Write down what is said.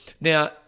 now